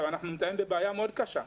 אנחנו נמצאים בבעיה מאוד קשה.